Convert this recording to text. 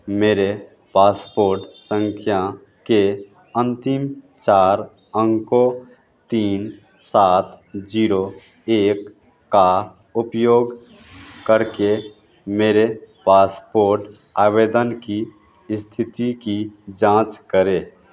मेरे पासपोर्ट संख्या के अंतिम चार अंकों तीन सात जीरो एक का उपयोग करके मेरे पासपोर्ट आवेदन की स्थिति की जांच करें